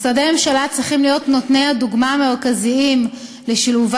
משרדי הממשלה צריכים להיות נותני הדוגמה המרכזיים לשילובם